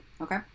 Okay